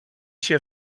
się